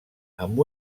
amb